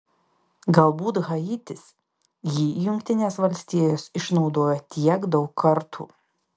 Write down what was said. galbūt haitis jį jungtinės valstijos išnaudojo tiek daug kartų